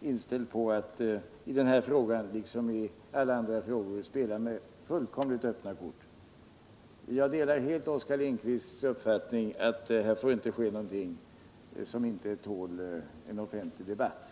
inställd på att i den här debatten liksom i alla andra frågor spela med fullkomligt öppna kort. Jag delar ' helt Oskar Lindkvists uppfattning att det här inte får ske något som inte tål offentlig debawt.